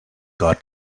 god